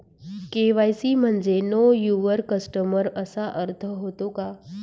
KYC म्हणजे know your customer असा अर्थ होतो का?